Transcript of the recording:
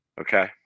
Okay